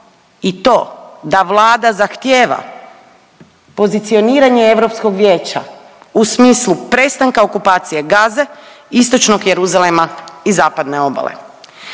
i to da Vlada zahtjeva pozicioniranje Europskog vijeća u smislu prestanka okupacije Gaze, istočnog Jeruzalema i zapadne obale.